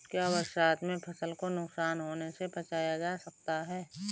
क्या बरसात में फसल को नुकसान होने से बचाया जा सकता है?